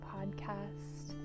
Podcast